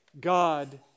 God